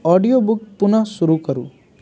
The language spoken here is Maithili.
ऑडिओ बुक पुनः शुरू करू